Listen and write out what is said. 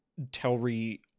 Telri